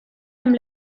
amb